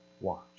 watch